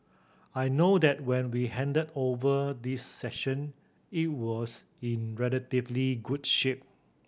I know that when we handed over this section it was in relatively good shape